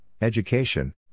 education